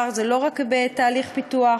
זה לא רק בתהליך פיתוח,